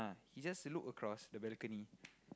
he just look across the balcony